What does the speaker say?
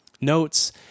notes